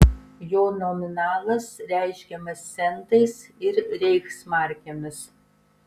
jo nominalas reiškiamas centais ir reichsmarkėmis